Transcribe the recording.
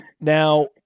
Now